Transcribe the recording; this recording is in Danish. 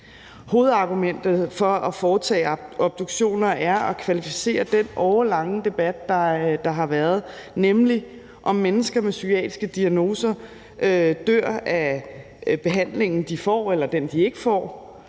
Hovedargumentet for at foretage obduktioner er at kvalificere den årelange debat, der har været, nemlig om mennesker med psykiatriske diagnoser dør af behandlingen, de får, eller den, de ikke får.